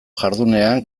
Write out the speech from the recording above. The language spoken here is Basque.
jardunean